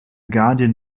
guardian